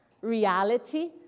reality